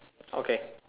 okay